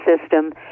system